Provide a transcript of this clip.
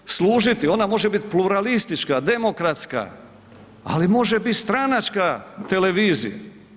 Ona može služiti, ona može biti pluralistička, demokratska, ali može biti stranačka televizija.